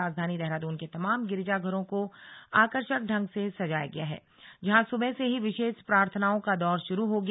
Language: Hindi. राजधानी देहरादून के तमाम गिरिजाघरों को आकर्षक ढंग से सजाया गया है जहां सुबह से ही विशेष प्रार्थनाओं का दौर शुरू हो गया